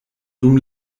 dum